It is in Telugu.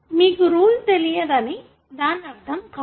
మీకు రూల్ తెలియదని దానర్థం కాదు